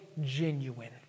genuine